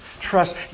Trust